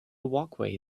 walkway